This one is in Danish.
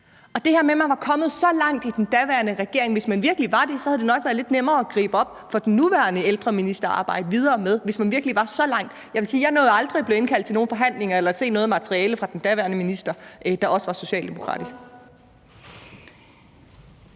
til det her med, at man var kommet så langt i den daværende regering, vil jeg sige, at hvis man virkelig var det, havde det også været lidt nemmere at gribe for den nuværende ældreminister og arbejde videre med – hvis man virkelig var så langt. Jeg vil sige, at jeg aldrig nåede at blive indkaldt til nogen forhandlinger eller se noget materiale fra den daværende minister, der også var socialdemokrat.